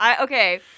Okay